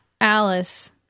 Alice